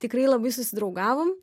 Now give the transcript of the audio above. tikrai labai susidraugavom